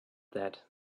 that